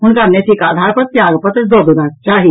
हुनका नैतिक आधार पर त्यागपत्र दऽ देबाक चाही